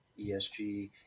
ESG